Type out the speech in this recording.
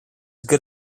good